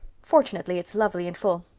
fortunately it's lovely and full.